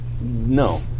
No